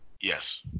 Yes